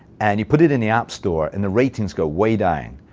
and you put it in the app store and the ratings go way down.